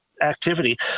Activity